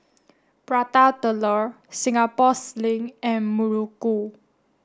Prata Telur Singapore Sling and Muruku